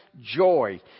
joy